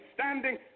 standing